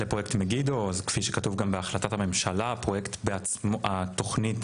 מגידו, כפי שכתוב גם בהחלטת הממשלה, כל תוכנית